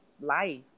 life